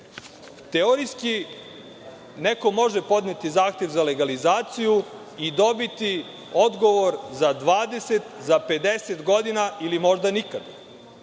neko može podneti zahtev za legalizaciju i dobiti odgovor za 20, za 50 godina ili možda nikad.